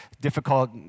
difficult